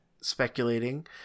speculating